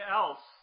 else